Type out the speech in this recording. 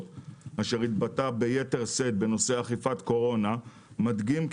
אשר התבטא ביתר שאת בנושא אכיפת קורונה מדגים,